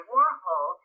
Warhol